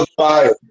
fire